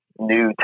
New